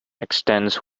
extends